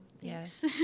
Yes